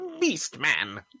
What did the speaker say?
Beast-Man